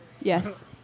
Yes